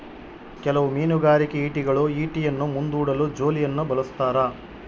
ಕೆಲವು ಮೀನುಗಾರಿಕೆ ಈಟಿಗಳು ಈಟಿಯನ್ನು ಮುಂದೂಡಲು ಜೋಲಿಯನ್ನು ಬಳಸ್ತಾರ